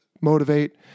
motivate